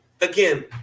again